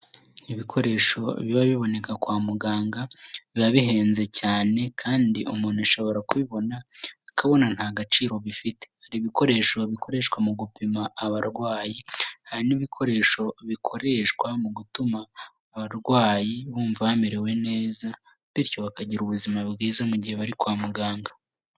Ibikoresho biba biboneka kwa muganga biba bihenze cyane kandi umuntu ashobora kubibona akabona ntagaciro bifite. Hari ibikoresho bikoreshwa mu gupima abarwayi, hari n'ibikoresho bikoreshwa mu gutuma abarwayi bumva bamerewe neza, bityo bakagira ubuzima bwiza mu gihe bari kwa muganga.